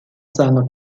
seiner